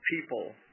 people